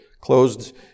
closed